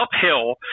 uphill